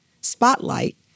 Spotlight